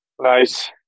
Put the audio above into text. Nice